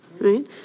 right